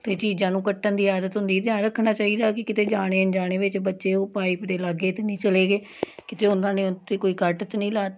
ਅਤੇ ਚੀਜ਼ਾਂ ਨੂੰ ਕੱਟਣ ਦੀ ਆਦਤ ਹੁੰਦੀ ਧਿਆਨ ਰੱਖਣਾ ਚਾਹੀਦਾ ਕਿ ਕਿਤੇ ਜਾਣੇ ਅਣਜਾਣੇ ਵਿੱਚ ਬੱਚੇ ਉਹ ਪਾਈਪ ਦੇ ਲਾਗੇ ਤਾਂ ਨਹੀਂ ਚਲੇ ਗਏ ਕਿਤੇ ਉਹਨਾਂ ਨੇ ਉੱਥੇ ਕੋਈ ਕੱਟ ਤਾਂ ਨਹੀਂ ਲਾ ਤਾ